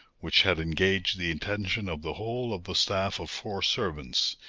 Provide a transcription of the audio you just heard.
which had engaged the attention of the whole of the staff of four servants,